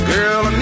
Girl